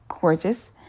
gorgeous